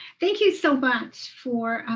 thank you so much for